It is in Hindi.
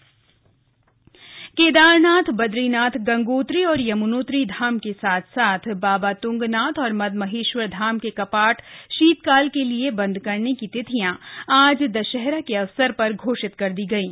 कपाट केदारनाथ बद्रीनाथ गंगोत्री और यमुनोत्री धाम के साथ साथ बाबा तुंगनाथ और मद्महेश्वर धाम के कपाट शीतकाल के लिये बन्द करने की तिथियां आज दशहरा के अवसर पर घोषित कर गयी